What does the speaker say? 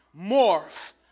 morph